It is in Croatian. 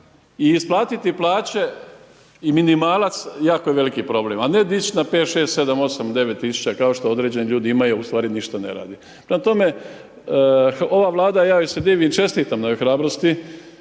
i isplatiti plaće i minimalac jako je veliki problem, a ne dić na 5,6,7,8,9 tisuća kao što određeni ljudi imaju u stvari ništa ne rade. Prema toge, ova Vlada ja joj se divim, čestitam na hrabrosti